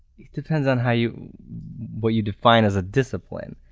it depends on how you what you define as a discipline.